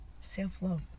self-love